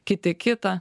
kiti kitą